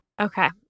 Okay